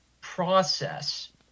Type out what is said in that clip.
process